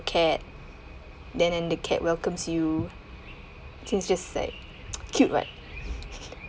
cat then and the cat welcomes you think just like cute [what]